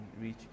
reach